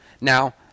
Now